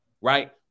Right